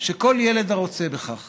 שכל ילד הרוצה בכך